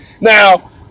Now